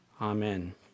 Amen